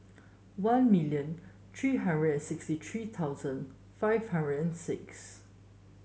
one million three hundred and sixty three thousand five hundred and six